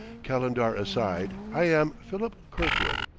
calendar aside, i am philip kirkwood,